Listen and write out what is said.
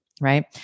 right